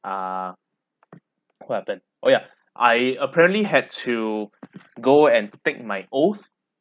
ah what happen oh ya I apparently had to go and take my oath